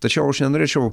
tačiau aš nenorėčiau